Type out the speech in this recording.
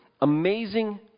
Amazing